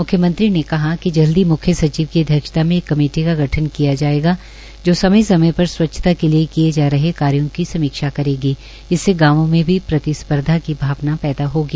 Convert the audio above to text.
म्ख्यमंत्री ने कहा कि जल्द ही सचिव की अध्यक्षता में एक कमेटी का गठन किया जायेगा जो समय समय पर स्वच्छता के लिए किए जा रहे कार्यो की समीक्षा करेगी इससे गांवों में भी प्रतिस्पर्धा की भावना पैदा होगी